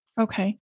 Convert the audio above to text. Okay